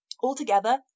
Altogether